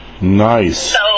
Nice